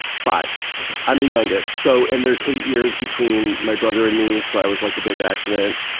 five. i'm the youngest. so and there's eight years between my brother and me, so i was like a big accident.